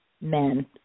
men